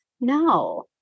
no